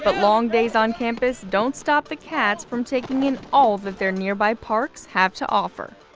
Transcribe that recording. but long days on campus don't stop the cats from taking in all that their nearby parks have to offer.